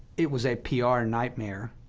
it was a pr nightmare,